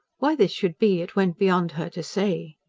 why this should be, it went beyond her to say.